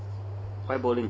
why bowling